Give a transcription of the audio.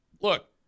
Look